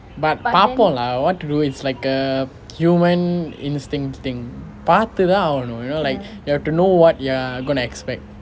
but பாப்போம்:paarpom lah what to do it's like a human instincts thing பார்த்து தான் அவனும்:paarthu thaan avanum you know like you have to know what you're going to expect